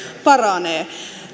paranee